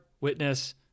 Witness